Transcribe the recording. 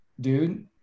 dude